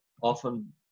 often